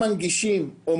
מה שהיה מונגש ימשיך להיות